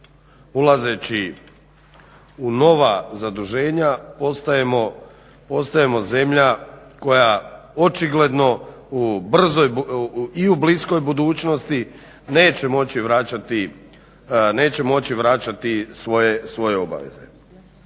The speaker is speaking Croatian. ulazeći u nova zaduženja postajemo zemlja koja očigledno i u bliskoj budućnosti neće moći vraćati svoje obaveze.